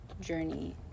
journey